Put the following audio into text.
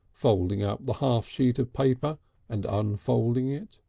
folding up the half sheet of paper and unfolding it.